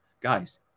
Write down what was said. guys